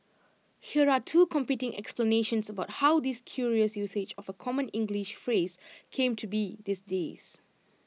here are two competing explanations about how this curious usage of A common English phrase came to be these days